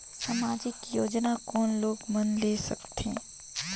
समाजिक योजना कोन लोग मन ले सकथे?